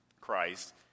Christ